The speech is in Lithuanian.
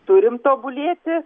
turim tobulėti